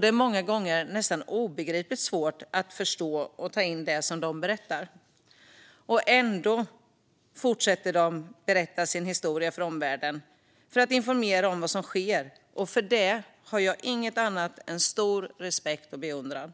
Det är många gånger nästan obegripligt svårt att förstå och ta in det som de berättar. Ändå fortsätter de att berätta sin historia för omvärlden för att informera om vad som sker. För det har jag inget annat än stor respekt och beundran.